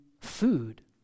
food